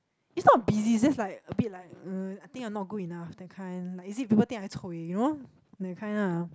it's not busy it's just like a bit like uh I think I'm not good enough that kind like you see people think I'm cui you know that kind lah